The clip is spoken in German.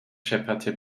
schepperte